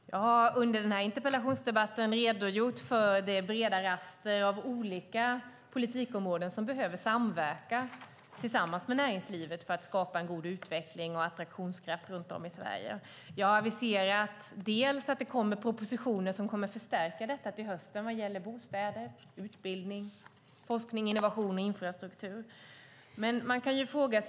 Fru talman! Jag har under denna interpellationsdebatt redogjort för det breda raster av olika politikområden som behöver samverka med näringslivet för att skapa en god utveckling och attraktionskraft runt om i Sverige. Jag har dels aviserat att det kommer propositioner som kommer att förstärka detta till hösten vad gäller bostäder, utbildning, forskning och innovation samt infrastruktur.